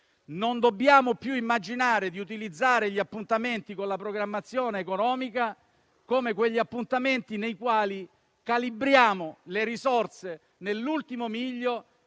Non dobbiamo più immaginare di utilizzare gli appuntamenti con la programmazione economica come quelli in cui calibriamo le risorse nell'ultimo miglio,